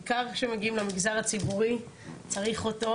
בעיקר כשמגיעים למגזר הציבורי צריך אותו,